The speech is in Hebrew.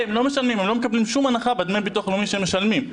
הם לא מקבלים שום הנחה בדמי ביטוח לאומי שהם משלמים.